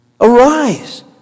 Arise